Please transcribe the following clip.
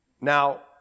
Now